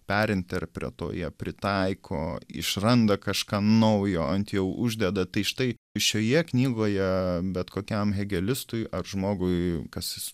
perinterpretuoja pritaiko išranda kažką naujo ant jo uždeda tai štai šioje knygoje bet kokiam hėgelistui ar žmogui kas jis